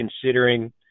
considering